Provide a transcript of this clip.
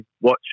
watch